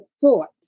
Thoughts